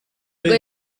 nibwo